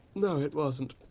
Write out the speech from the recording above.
no it wasn't,